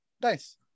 Nice